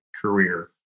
career